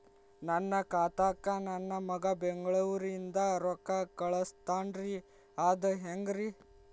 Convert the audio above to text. ನನ್ನ ಖಾತಾಕ್ಕ ನನ್ನ ಮಗಾ ಬೆಂಗಳೂರನಿಂದ ರೊಕ್ಕ ಕಳಸ್ತಾನ್ರಿ ಅದ ಹೆಂಗ್ರಿ?